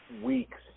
weeks